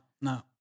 no